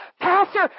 Pastor